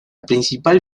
principal